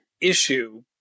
issue